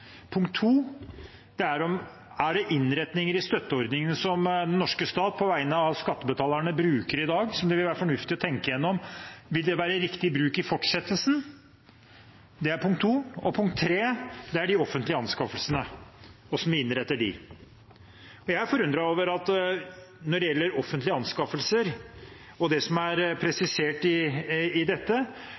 Er det innretninger i støtteordningene som den norske stat på vegne av skattebetalerne bruker i dag, som det vil være fornuftig å tenke gjennom? Vil det være riktig bruk i fortsettelsen? Det er punkt to. Og punkt tre er de offentlige anskaffelsene, hvordan vi innretter dem. Når det gjelder offentlige anskaffelser og det som er presisert i dette, er jeg forundret over at offentlige innkjøp generelt gir økt aktivitet og sysselsetting i